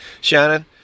Shannon